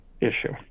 issue